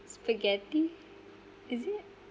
spaghetti is it